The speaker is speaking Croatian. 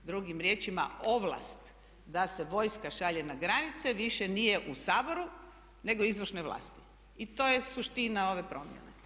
Drugim riječima ovlast da se vojska šalje na granice više nije u Saboru nego u izvršnoj vlasti i to je suština ove promjene.